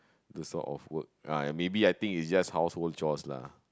this sort of work ah maybe I think it's just household chores lah